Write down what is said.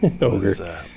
Ogre